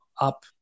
up